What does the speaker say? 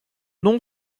nom